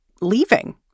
leaving